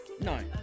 no